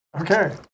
Okay